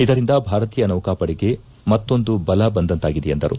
ಇದರಿಂದ ಭಾರತೀಯ ನೌಕಾಪಡೆಗೆ ಮತ್ತೊಂದು ಬಲ ಬಂದಂತಾಗಿದೆ ಎಂದರು